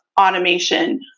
automation